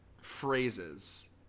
phrases